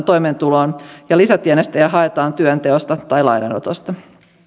toimeentuloon ja lisätienestejä haetaan työnteosta tai lainanotosta